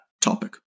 topic